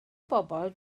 bobol